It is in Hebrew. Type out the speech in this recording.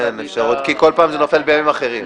אין אפשרות, כי כל פעם זה נופל בימים אחרים.